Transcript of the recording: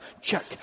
check